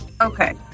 Okay